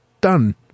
done